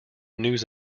news